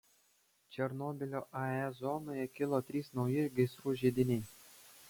černobylio ae zonoje kilo trys nauji gaisrų židiniai